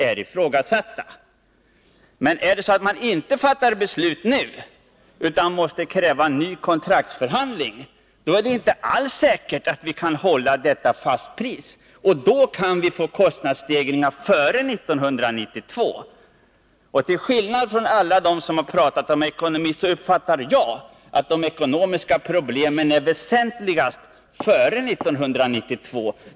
Men fattar vi inte beslut nu utan måste kräva nya kontraktsförhandlingar, är det inte alls säkert att vi kan hålla detta fastpris. Och då kan vi få kostnadsstegringar före 1992. Till skillnad från alla dem som har pratat om ekonomin uppfattar jag det så att de ekonomiska problemen är väsentligast före 1992.